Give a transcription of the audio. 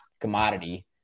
commodity